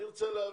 אני רוצה להבין,